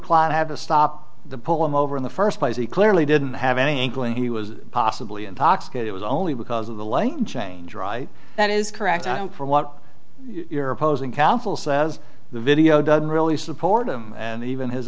clout have to stop the pull him over in the first place he clearly didn't have any inkling he was possibly intoxicated it was only because of the light change right that is correct and for what your opposing counsel says the video doesn't really support him and even his